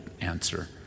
answer